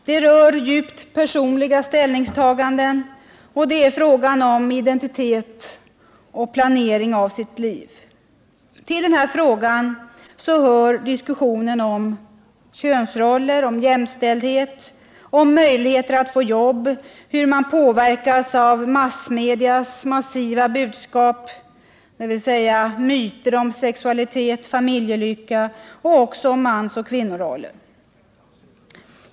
Det rör sig om djupt personliga ställningstaganden, och det gäller identitet och planering av sitt liv. Till denna fråga hör diskussionen om könsroller, om jämställdhet, om möjligheter att få jobb, hur man påverkas av massmedias massiva budskap — dvs. myter om sexualitet, familjelycka och också mansoch kvinnoroller.